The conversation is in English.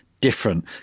different